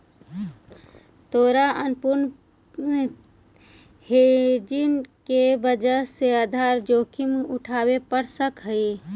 तोरा अपूर्ण हेजिंग के वजह से आधार जोखिम उठावे पड़ सकऽ हवऽ